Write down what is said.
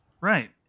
Right